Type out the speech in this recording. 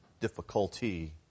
difficulty